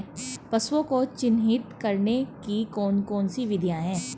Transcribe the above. पशुओं को चिन्हित करने की कौन कौन सी विधियां हैं?